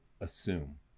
assume